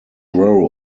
row